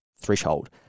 threshold